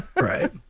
Right